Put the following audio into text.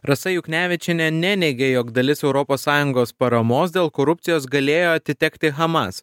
rasa juknevičienė neneigė jog dalis europos sąjungos paramos dėl korupcijos galėjo atitekti hamas